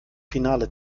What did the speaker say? finale